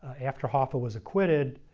after hoffa was acquitted,